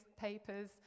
papers